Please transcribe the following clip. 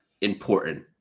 important